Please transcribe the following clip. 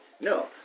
no